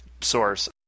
source